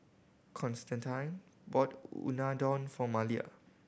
Constantine bought Unadon for Malia